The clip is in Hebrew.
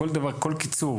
כל קיצור